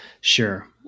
sure